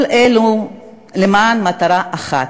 כל אלו למען מטרה אחת: